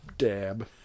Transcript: Dab